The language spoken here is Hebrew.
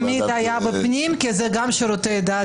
--- תמיד היה בפנים כי זה גם שירותי דת,